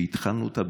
שהתחלנו אותה,